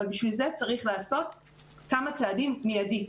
אבל בשביל זה צריך לעשות כמה צעדים מיידית.